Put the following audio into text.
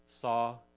saw